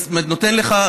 כפי שאתה יודע,